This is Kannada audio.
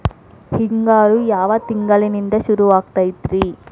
ಹಿಂಗಾರು ಯಾವ ತಿಂಗಳಿನಿಂದ ಶುರುವಾಗತೈತಿ?